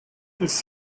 this